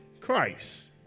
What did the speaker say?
Christ